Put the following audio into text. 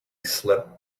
slipped